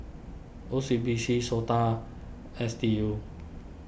O C B C Sota S D U